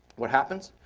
what happens?